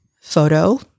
photo